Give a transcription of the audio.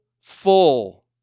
full